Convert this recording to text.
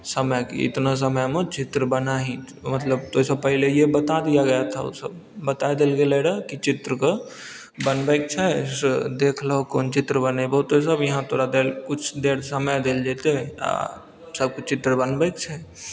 समयके इतना समयमे चित्र बनाही मतलब ओहि सऽ पहिलये बता गया था ओ सब बता देल गेलै रहै कि चित्रके बनबैके छै से देख लहो कोन चित्र बनेबहो तो सब यहाँ तोरा किछु देर समय देल जेतै आ सबके चित्र बनबैके छै